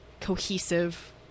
cohesive